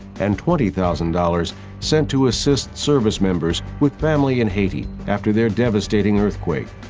and twenty thousand dollars sent to assist service members with family in haiti after their devastating earthquake.